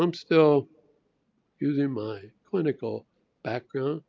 um still using my clinical background,